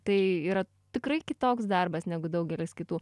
tai yra tikrai kitoks darbas negu daugelis kitų